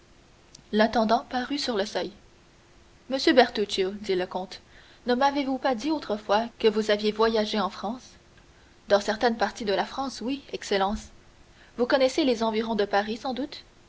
l'intendant parut sur le seuil monsieur bertuccio dit le comte ne m'avez-vous pas dit autrefois que vous aviez voyagé en france dans certaines parties de la france oui excellence vous connaissez les environs de paris sans doute